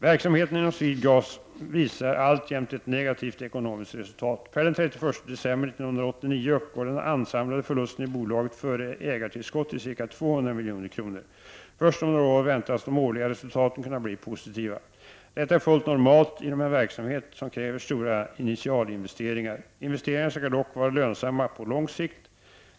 Verksamheten inom SwedeGas visar alltjämt ett negativt ekonomiskt reslutat. Per den 31 december 1989 uppgår den ansamlade förlusten i bolaget före ägartillskottet till ca 200 milj.kr. Först om några år väntas de årliga resultaten kunna bli positiva. Detta är fullt normalt inom en verksamhet som kräver stora initialinvesteringar. Investeringarna skall dock vara lönsamma på lång sikt.